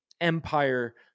empire